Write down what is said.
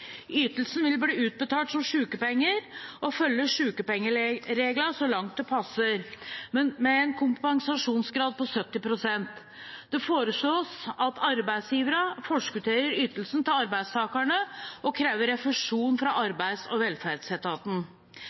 Ytelsen vil bli utbetalt som sykepenger og følge sykepengereglene så langt det passer, men med en kompensasjonsgrad på 70 pst. Det foreslås at arbeidsgiverne forskutterer ytelsen til arbeidstakerne og krever refusjon fra arbeids- og velferdsetaten.